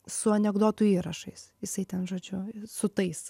su anekdotų įrašais jisai ten žodžiu su tais